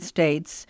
States